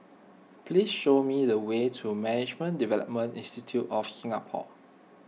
please show me the way to Management Development Institute of Singapore